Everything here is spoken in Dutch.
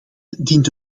dient